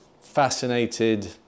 fascinated